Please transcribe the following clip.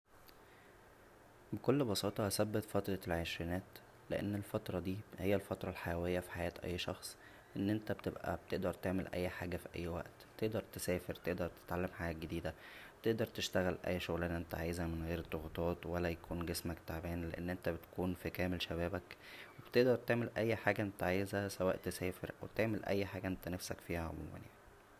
بكل بساطه هثبت فترة العشرينات لان الفتره دى هى الفتره الحيويه فى حياة اى شخص ان انت بتبقى تقدر تعمل اى حاجه ف اى وقت تقدر تسافر تقدر تتعلم حاجات جديده تقدر تشتغل اى شغلانه انت عاوزها من غير ضغوطات ولا يكون جسمك تعبان لان انت بتكون فى كامل شبابك و بتقدر تعمل اى حاجه انت عايزها سواء تسافر او تعمل اى حاجه انت نفسك فيها عموما يعنى